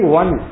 one